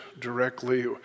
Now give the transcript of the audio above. directly